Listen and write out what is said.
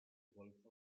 golfo